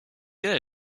get